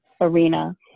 arena